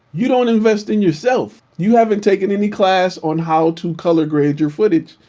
you don't invest in yourself. you haven't taken any class on how to color grade your footage,